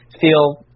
feel